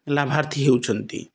ଲାଭାର୍ଥୀ ହେଉଛନ୍ତି